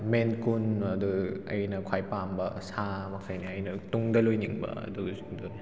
ꯃꯦꯟ ꯀꯨꯟ ꯑꯗꯨ ꯑꯩꯅ ꯈ꯭ꯋꯥꯏ ꯄꯥꯝꯕ ꯁꯥ ꯃꯈꯩꯅꯤ ꯑꯩꯅ ꯇꯨꯡꯗ ꯂꯣꯏꯅꯤꯡꯕ ꯑꯗꯨꯒꯤ ꯁꯤꯡꯗꯨꯅꯤ